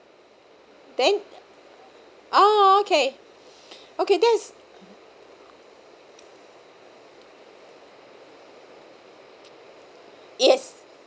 then oh K okay that's yes